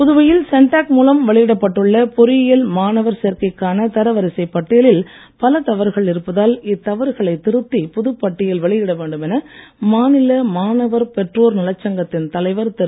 புதுவையில் சென்டாக் மூலம் வெளியிடப்பட்டுள்ள பொறியியல் மாணவர் சேர்க்கைக்கான தரவரிசைப் பட்டியலில் பல தவறுகள் இருப்பதால் இத்தவறுகளை திருத்தி புதுப் பட்டியல் வெளியிட வேண்டும் என மாநில மாணவர் பெற்றோர் நலச்சங்கத்தின் தலைவர் திரு